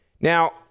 Now